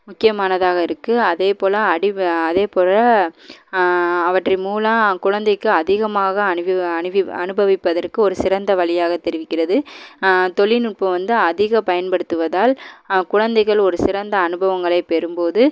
முக்கியமானதாக இருக்குது அதே போல் அடி வ அதே போல் அவற்றின் மூலம் குழந்தைக்கு அதிகமாக அனுவி அனுவி அனுபவிப்பதற்கு ஒரு சிறந்த வழியாக தெரிவிக்கிறது தொழில்நுட்பம் வந்து அதிகம் பயன்படுத்துவதால் குழந்தைகள் ஒரு சிறந்த அனுபவங்களை பெரும் போது